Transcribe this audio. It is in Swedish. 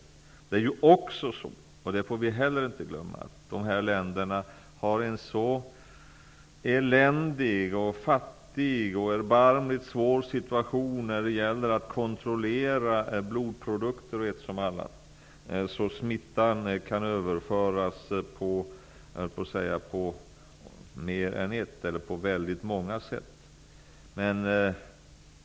Vi får heller inte glömma att de här länderna har en så eländig, fattig och erbarmligt svår situation när det gäller att kontrollera blodprodukter och ett som annat att smittan kan överföras på väldigt många sätt.